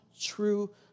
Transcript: true